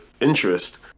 interest